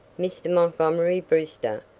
mr. montgomery brewster,